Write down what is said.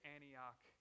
Antioch